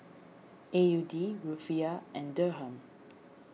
A U D Rufiyaa and Dirham